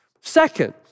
Second